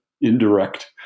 indirect